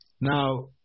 now